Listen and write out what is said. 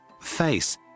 Face